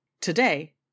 Today